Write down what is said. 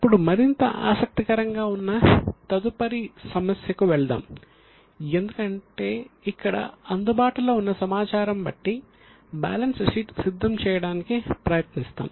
ఇప్పుడు మరింత ఆసక్తికరంగా ఉన్న తదుపరి సమస్యకు వెళ్దాం ఎందుకంటే ఇక్కడ అందుబాటులో ఉన్న సమాచారం బట్టి బ్యాలెన్స్ షీట్ సిద్ధం చేయడానికి ప్రయత్నిస్తాం